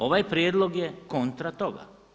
Ovaj prijedlog je kontra toga.